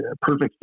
Perfect